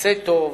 ועשה טוב,